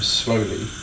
slowly